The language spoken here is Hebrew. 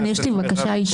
חבר הכנסת ולדימיר